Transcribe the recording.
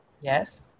yes